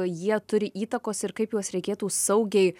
jie turi įtakos ir kaip juos reikėtų saugiai